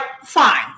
fine